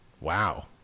Wow